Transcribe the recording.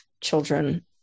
children